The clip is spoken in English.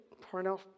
porno